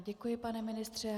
Děkuji, pane ministře.